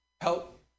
help